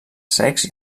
secs